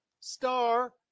star